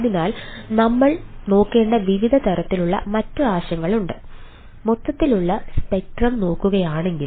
അതിനാൽ നമ്മൾ നോക്കേണ്ട വിവിധ തരത്തിലുള്ള മറ്റ് ആശങ്കകളുണ്ട് മൊത്തത്തിലുള്ള സ്പെക്ട്രം നോക്കുകയാണെങ്കിൽ